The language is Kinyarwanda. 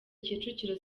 kicukiro